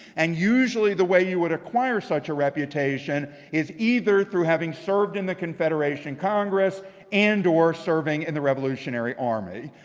and usually the way you would acquire such a reputation is either through having served in the confederation congress and or serving in and the revolutionary army.